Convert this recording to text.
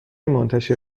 منتشر